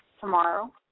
tomorrow